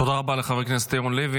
תודה רבה לחבר הכנסת ירון לוי.